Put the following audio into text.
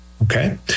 Okay